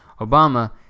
Obama